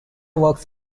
works